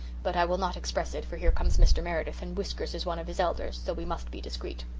but i will not express it for here comes mr. meredith, and whiskers is one of his elders, so we must be discreet.